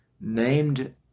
named